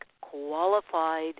qualified